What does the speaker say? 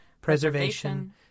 preservation